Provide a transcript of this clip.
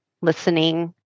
listening